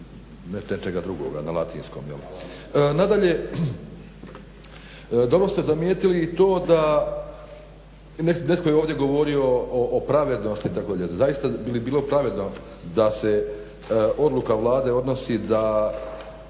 nečeg drugoga na latinskom jel. Nadalje dobro zamijetili i to da netko je ovdje govorio o pravednosti također. Zaista bi li bilo pravedno da se odluka Vlade odnosi da